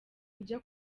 ujya